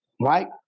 right